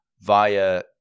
via